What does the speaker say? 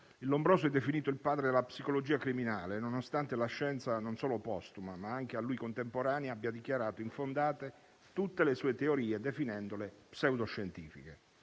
il Lombroso è definito il padre della psicologia criminale, nonostante la scienza (non solo postuma, ma anche a lui contemporanea) abbia dichiarato infondate tutte le sue teorie, definendole pseudoscientifiche.